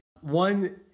one